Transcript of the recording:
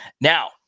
Now